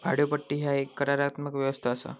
भाड्योपट्टी ह्या एक करारात्मक व्यवस्था असा